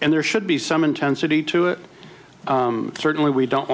and there should be some intensity to it certainly we don't